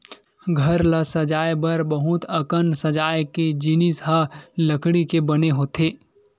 घर ल सजाए बर बहुत अकन सजाए के जिनिस ह लकड़ी के बने होथे